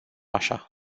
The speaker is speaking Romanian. așa